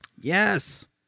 Yes